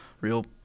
real